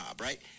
right